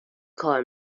کار